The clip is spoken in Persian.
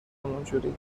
اونجوری